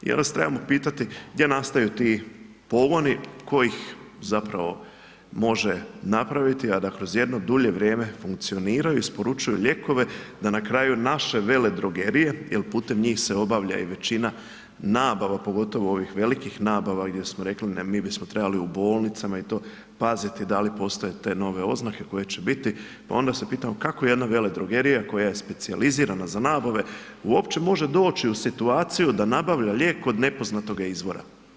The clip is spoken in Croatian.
I onda se trebamo pitati gdje nastaju ti pogoni, tko ih zapravo može napraviti, a da kroz jedno dulje vrijeme funkcioniraju i isporučuju lijekove, da na kraju naše veledrogerije, jer putem njih se obavlja i većina nabava, pogotovo onih velikih nabava, gdje smo rekli da mi bismo trebali u bolnicama i to paziti da li postoje te nove oznake koje će biti, pa onda se pitamo kako jedna veledrogerija, koja je specijalizirana za nabave uopće može doći u situaciju da nabavlja lijek kod nepoznatoga izvora.